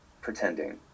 pretending